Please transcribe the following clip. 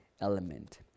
element